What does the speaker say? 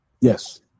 Yes